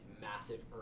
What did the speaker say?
massive